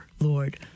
Lord